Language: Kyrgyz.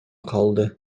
калды